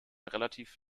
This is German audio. relativ